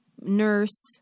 nurse